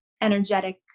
energetic